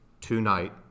tonight